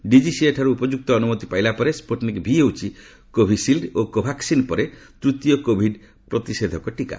DGCA ଠାରୁ ଉପଯୁକ୍ତ ଅନୁମତି ପାଇଲା ପରେ ସ୍କୁଟିନିକ୍ ଭି ହେଉଛି କୋଭିସିଲ୍ଚ ଓ କୋଭାକସିନ୍ ପରେ ତୂତୀୟ କୋଭିଡ୍ ପ୍ରତିଶେଷଧକ ଟିକା